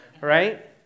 right